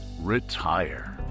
Retire